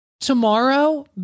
tomorrow